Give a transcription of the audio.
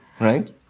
Right